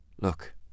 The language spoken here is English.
look